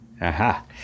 Aha